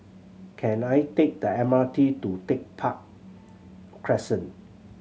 can I take the M R T to Tech Park Crescent